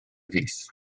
fis